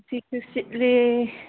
ꯅꯨꯡꯁꯤꯠꯁꯨ ꯁꯤꯠꯂꯤ